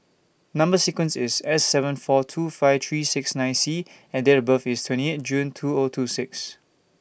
Number sequence IS S seven four two five three six nine C and Date of birth IS twenty eight June two O two six